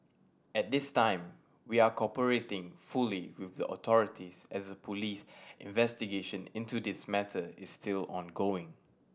at this time we are cooperating fully with the authorities as a police investigation into this matter is still ongoing